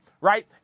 right